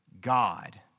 God